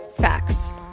Facts